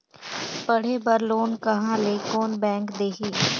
पढ़े बर लोन कहा ली? कोन बैंक देही?